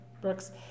Brooks